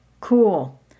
cool